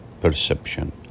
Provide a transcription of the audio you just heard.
perception